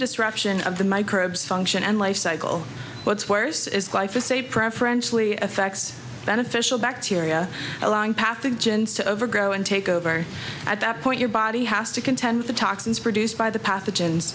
disruption of the microbes function and life cycle what's worse is life is a preferentially affects beneficial bacteria along pathogens to overgrow and take over at that point your body has to contend with the toxins produced by the pathogens